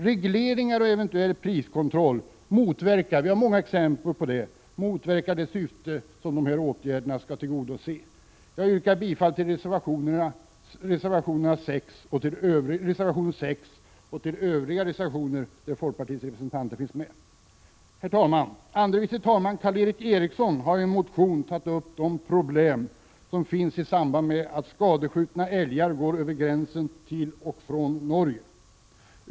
Regleringar och eventuell priskontroll motverkar det syfte åtgärderna avses tillgodose — vi har sett många exempel på det. Jag yrkar bifall till reservation 6 liksom till övriga reservationer där folkpartiets representanter finns med. Herr talman! Andre vice talman Karl-Erik Eriksson har i en motion tagit upp de problem som finns i samband med att skadskjutna älgar går över svensk-norska gränsen.